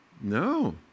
No